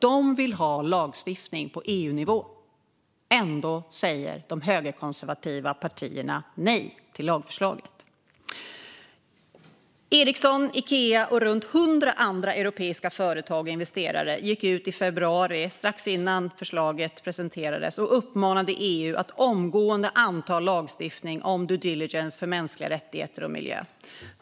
De vill ha lagstiftning på EU-nivå. Ändå säger de högerkonservativa partierna nej till lagförslaget. Ericsson, Ikea och runt hundra andra europeiska företag och investerare gick ut i februari, strax innan förslaget presenterades, och uppmanade EU att omgående anta lagstiftning om due diligence för mänskliga rättigheter och miljö.